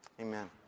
Amen